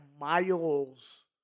miles